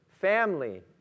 family